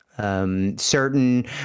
Certain